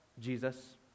Jesus